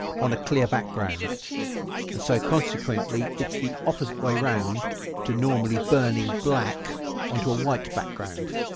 on a clear background and so consequently it's the opposite way around to normally burning black on to a white background.